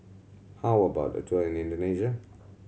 how about a tour in Indonesia